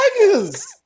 Tigers